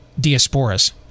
Diasporas